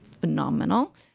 phenomenal